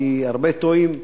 כי הרבה טועים,